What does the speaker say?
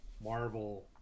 Marvel